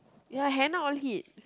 ya Hannah all hid